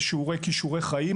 ושיעורי כישורי חיים,